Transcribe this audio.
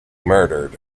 murdered